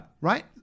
Right